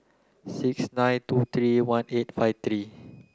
six nine two three one eight five three